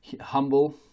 humble